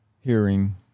hearing